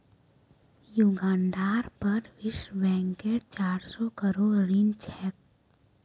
युगांडार पर विश्व बैंकेर चार सौ करोड़ ऋण छेक